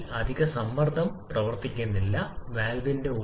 അതിനാൽ ഈ പ്രതികരണം പൂർത്തിയാക്കാൻ ഉൽപ്പന്നത്തിന്റെ 3